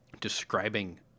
describing